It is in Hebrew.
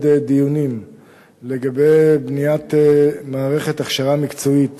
דיונים לגבי בניית מערכת הכשרה מקצועית